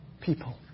people